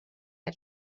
had